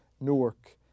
Newark